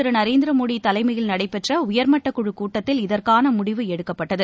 திருநரேந்திரமோடிதலைமையில் நடைபெற்றஉயர்மட்டக்குழுகூட்டத்தில் பிரதமர் இதற்கானமுடிவு எடுக்கப்பட்டது